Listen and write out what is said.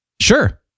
Sure